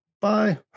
bye